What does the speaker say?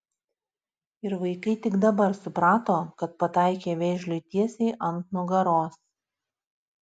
ir vaikai tik dabar suprato kad pataikė vėžliui tiesiai ant nugaros